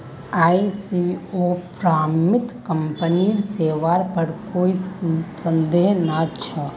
ISO प्रमाणित कंपनीर सेवार पर कोई संदेह नइ छ